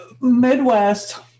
Midwest